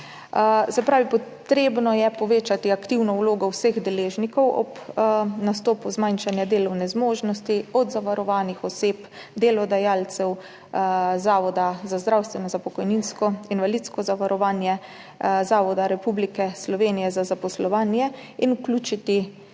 pravi, treba je povečati aktivno vlogo vseh deležnikov ob nastopu zmanjšanja delovne zmožnosti, od zavarovanih oseb, delodajalcev, zavoda za zdravstveno, za pokojninsko in invalidsko zavarovanje, Zavoda Republike Slovenije za zaposlovanje in vključiti v te